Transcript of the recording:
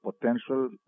potential